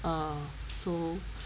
uh so